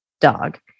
dog